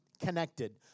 connected